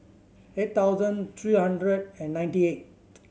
eight thousand three hundred and ninety eight